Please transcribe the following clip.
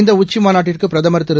இந்தஉச்சிமாநாட்டிற்குபிரதமர் திரு